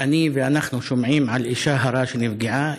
אני ואנחנו שומעים על אישה הרה שנפגעה,